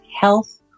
health